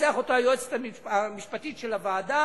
תנסח אותו היועצת המשפטית של הוועדה